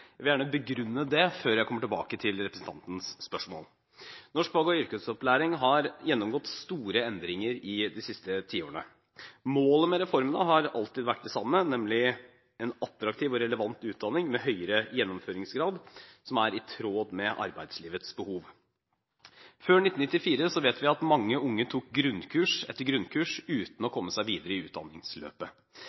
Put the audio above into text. Jeg vil gjerne begrunne det før jeg kommer tilbake til representantens spørsmål. Norsk fag- og yrkesopplæring har gjennomgått store endringer i de siste tiårene. Målet med reformene har alltid vært det samme, nemlig en attraktiv og relevant utdanning med høyere gjennomføringsgrad som er i tråd med arbeidslivets behov. Før 1994 vet vi at mange unge tok grunnkurs etter grunnkurs uten å komme seg videre i utdanningsløpet.